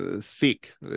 thick